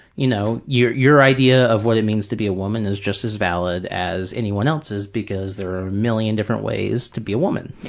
you know, your your idea of what it means to be a woman is just as valid as anyone else's because there are a million different ways to be a woman.